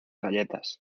galletas